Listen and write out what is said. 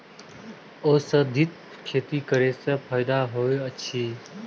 औषधि खेती करे स फायदा होय अछि?